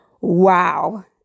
wow